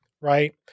right